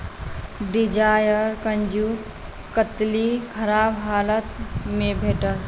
Dzire kaju katli खराब हालतमे भेटल